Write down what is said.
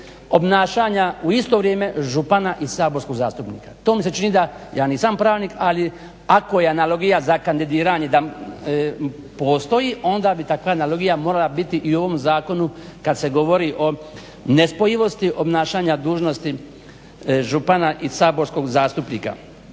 obnašanja u isto vrijeme župana i saborskog zastupnika. To mi se čini ja nisam pravnik ali ako je analogija za kandidiranje postoji onda bi takva analogija morala biti i u ovom zakonu kada se govori o nespojivosti obnašanja dužnosti župana i saborskog zastupnika.